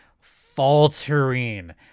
faltering